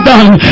done